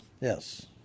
Yes